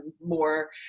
more